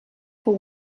for